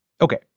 Okay